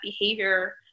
behavior